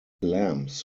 clams